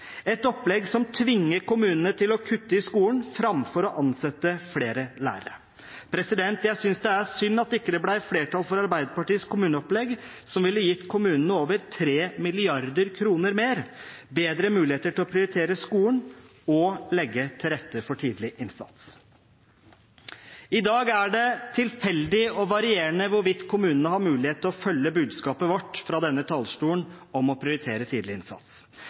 et opplegg som tvinger kommunene til å kutte i skolen framfor å ansette flere lærere. Jeg synes det er synd at det ikke ble flertall for Arbeiderpartiets kommuneopplegg, som ville gitt kommunene over 3 mrd. kr mer, og bedre muligheter til å prioritere skolen og legge til rette for tidlig innsats. I dag er det tilfeldig og varierende hvorvidt kommunene har mulighet til å følge budskapet vårt fra denne talerstolen om å prioritere tidlig innsats.